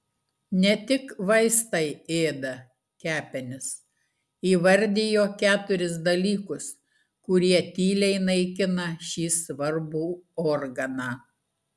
ne tik vaistai ėda kepenis įvardijo keturis dalykus kurie tyliai naikina šį svarbų organą